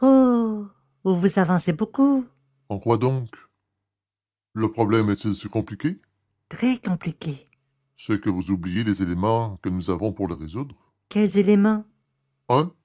vous vous avancez beaucoup en quoi donc le problème est-il si compliqué très compliqué c'est que vous oubliez les éléments que nous avons pour le résoudre quels éléments